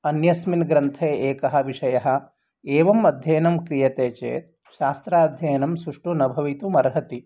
अन्यस्मिन् ग्रन्थे एकः विषयः एवम् अध्ययनं क्रियते चेत् शास्त्राध्ययनं सुष्ठु न भवितुम् अर्हति